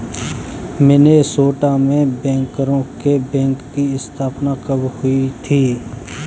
Minnesota में बैंकरों के बैंक की स्थापना कब हुई थी?